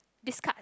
discuss